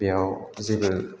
बेयाव जेबो